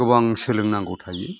गोबां सोलोंनांगौ थायो